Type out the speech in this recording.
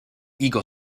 eagle